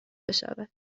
بشود